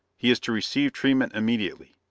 he is to receive treatment immediately,